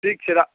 ठीक छै रा